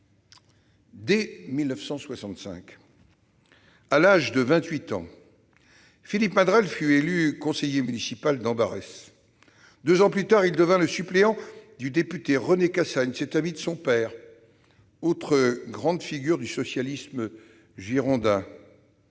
Dès 1965, à l'âge de 28 ans, Philippe Madrelle fut élu conseiller municipal d'Ambarès. Deux ans plus tard, il devint le suppléant du député René Cassagne. Cet ami de son père, autre grande figure du socialisme girondin,